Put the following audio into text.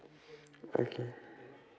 okay